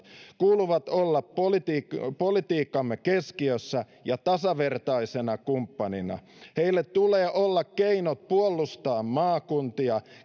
kuuluu olla politiikkamme politiikkamme keskiössä ja tasavertaisena kumppanina niillä tulee olla keinot puolustaa maakuntia